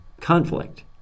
conflict